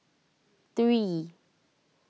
three